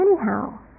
Anyhow